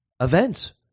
events